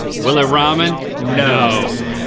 will it ramen? no.